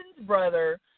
brother